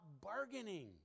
bargaining